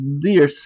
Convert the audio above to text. Dear